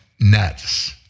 nuts